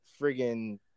friggin